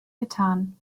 getan